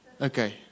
Okay